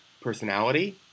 personality